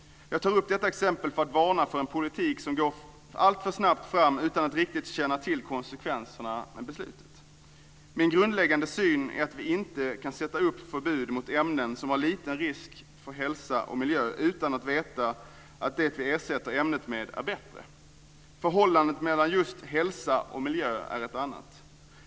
Jag tar upp detta exempel för att varna för en politik som går alltför snabbt fram utan att konsekvenserna av beslutet är riktigt kända. Min grundläggande syn är att vi inte kan sätta upp förbud mot ämnen som innebär liten risk för hälsa och miljö utan att veta att det vi ersätter ämnet med är bättre. Förhållandet mellan just hälsa och miljö är ett annat exempel.